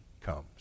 comes